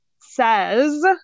says